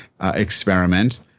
experiment